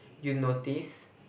you notice